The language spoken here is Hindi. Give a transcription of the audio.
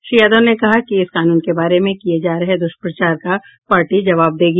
श्री यादव ने कहा कि इस कानून के बारे में किए जा रहे दुष्प्रचार का पार्टी जवाब देगी